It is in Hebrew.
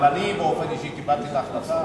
אבל אני, באופן אישי, קיבלתי את ההחלטה,